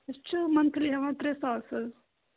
أسۍ چھِ مَنتھلی ہٮ۪وان ترٛےٚ ساس حظ